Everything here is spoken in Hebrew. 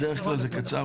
בדרך כלל זה קצר,